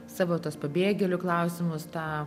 savo tuos pabėgėlių klausimus tą